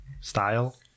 style